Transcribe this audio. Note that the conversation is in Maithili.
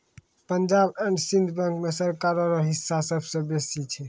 पंजाब एंड सिंध बैंक मे सरकारो रो हिस्सा सबसे बेसी छै